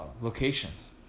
Locations